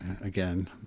again